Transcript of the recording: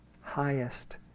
highest